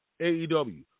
AEW